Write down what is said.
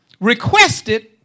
requested